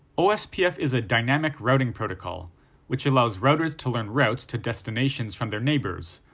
ospf is a dynamic routing protocol which allows routers to learn routes to destinations from their neighbors,